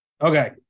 Okay